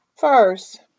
First